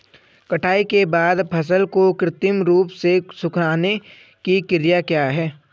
कटाई के बाद फसल को कृत्रिम रूप से सुखाने की क्रिया क्या है?